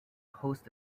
host